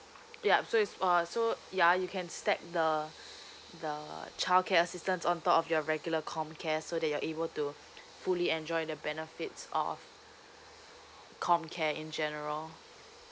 yup so is uh so ya you can stack the the childcare assistance on top of your regular comcare so they are able to fully enjoy the benefits of comcare in general